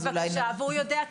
בבקשה, והוא יודע.